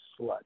slut